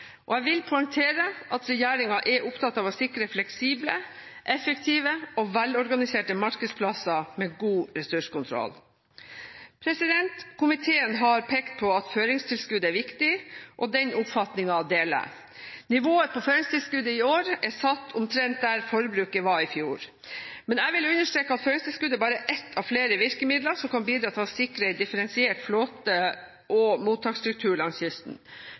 Jeg vil poengtere at regjeringen er opptatt av å sikre fleksible, effektive og velorganiserte markedsplasser med god ressurskontroll. Komiteen har pekt på at føringstilskudd er viktig, og den oppfatningen deler jeg. Nivået på føringstilskuddet i år er satt omtrent der forbruket var i fjor, men jeg vil understreke at føringstilskuddet bare er ett av flere virkemidler som kan bidra til å sikre en differensiert flåte- og mottaksstruktur langs kysten.